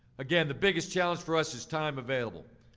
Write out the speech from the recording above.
again, the biggest challenge for us is time available.